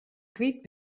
kwyt